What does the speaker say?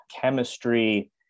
chemistry